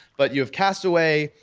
but you have castaway,